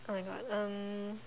oh my god um